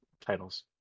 titles